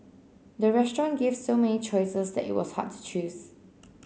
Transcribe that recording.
the restaurant gave so many choices that it was hard to choose